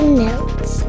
notes